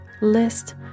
list